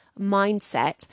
mindset